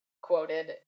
quoted